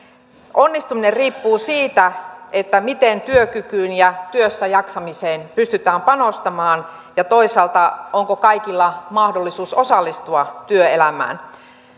onnistuminen riippuu siitä miten työkykyyn ja työssäjaksamiseen pystytään panostamaan ja toisaalta onko kaikilla mahdollisuus osallistua työelämään